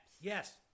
Yes